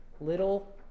little